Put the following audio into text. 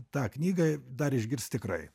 tą knygą dar išgirs tikrai